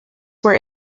were